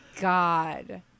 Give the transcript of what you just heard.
God